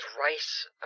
rice